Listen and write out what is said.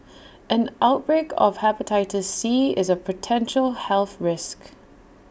an outbreak of Hepatitis C is A potential health risk